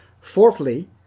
Fourthly